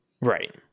Right